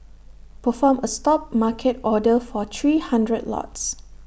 perform A stop market order for three hundred lots